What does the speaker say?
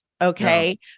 Okay